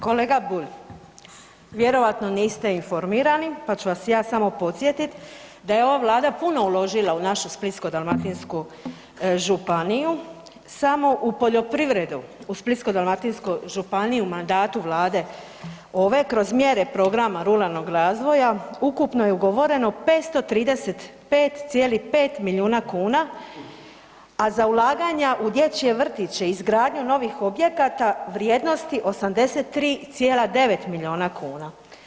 Kolega Bulj, vjerojatno niste informirani pa ću vas ja samo podsjetit da je ova Vlada puno uložila u našu Splitsko-dalmatinsku županiju samo u poljoprivredu u Splitsko-dalmatinskoj županiji u mandatu Vlade ove kroz mjere Programa Ruralnog razvoja ukupno je ugovoreno 535,5 milijuna kuna, a za ulaganja u dječje vrtiće i izgradnju novih objekata vrijednosti 83,9 milijuna kuna.